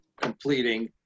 completing